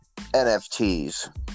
NFTs